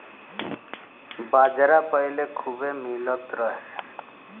बाजरा पहिले खूबे मिलत रहे